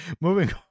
moving